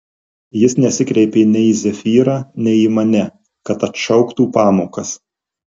jis nesikreipė nei į zefyrą nei į mane kad atšauktų pamokas